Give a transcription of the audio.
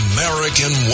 American